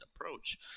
approach